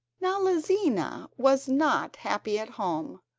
now lizina was not happy at home,